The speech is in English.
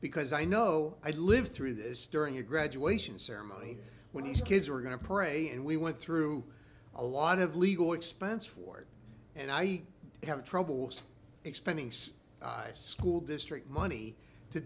because i know i lived through this during your graduation ceremony when these kids were going to pray and we went through a lot of legal expense ford and i have trouble explaining so high school district money to